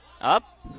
Up